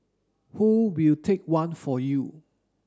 who will take one for you